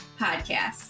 podcast